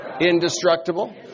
Indestructible